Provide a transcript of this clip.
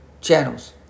channels